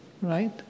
right